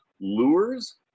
lures